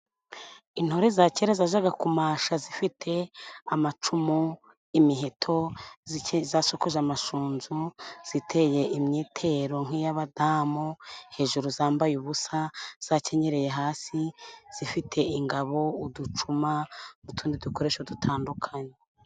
Intore za kera zajaga kumasha zifite amacumu, imiheto, zasokoje amasunju, ziteye imyitero nk'iy'abadamu, hejuru zambaye ubusa zakenyereye hasi, zifite ingabo, uducuma n'utundi dukoresho dutandukanye.